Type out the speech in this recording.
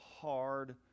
hard